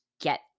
get